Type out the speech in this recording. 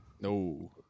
No